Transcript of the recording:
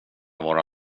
vara